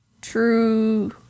True